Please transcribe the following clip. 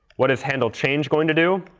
what does handle change going to do?